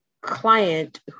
client